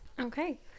okay